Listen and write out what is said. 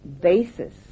basis